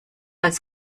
als